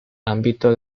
ámbito